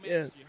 Yes